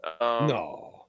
no